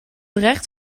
recht